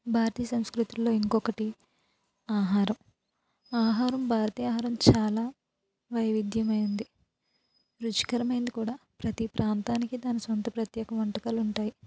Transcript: భారతీయ సంస్కృతిలో ఇంకొకటి ఆహారం ఆహారం భారతీయ ఆహారం చాలా వైవిధ్యమైంది రుచికరమైంది కూడా ప్రతి ప్రాంతానికి దాని సొంత ప్రత్యేక వంటకాలుంటాయి